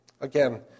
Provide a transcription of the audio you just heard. Again